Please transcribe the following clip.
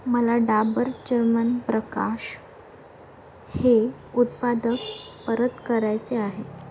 मला डाबर चर्मनप्रकाश हे उत्पादक परत करायचे आहे